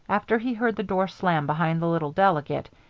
after he heard the door slam behind the little delegate,